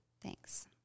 thanks